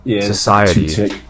society